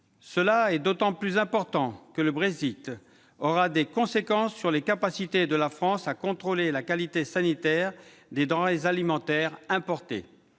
C'est d'autant plus important que le Brexit aura des conséquences sur les capacités de la France à contrôler la qualité sanitaire des denrées alimentaires importées.